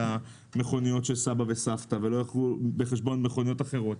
המכוניות של סבא וסבתא ולא לקחו בחשבון מכוניות אחרות.